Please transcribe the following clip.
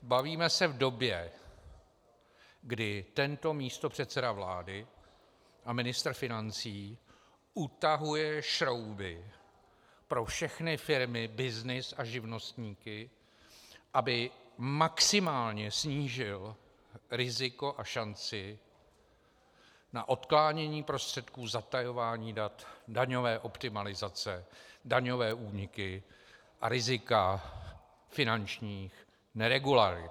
Bavíme se v době, kdy tento místopředseda vlády a ministr financí utahuje šrouby pro všechny firmy, byznys a živnostníky, aby maximálně snížil riziko a šanci na odklánění prostředků, zatajování dat, daňové optimalizace, daňové úniky a rizika finančních neregularit.